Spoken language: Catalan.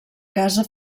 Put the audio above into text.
casa